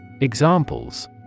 Examples